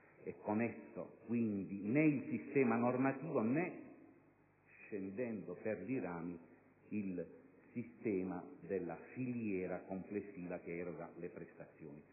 e con esso, quindi, né il sistema normativo, né - scendendo per i rami - il sistema della filiera complessiva che eroga le prestazioni.